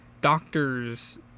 doctors